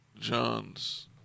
John's